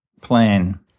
plan